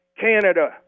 Canada